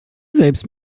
selbst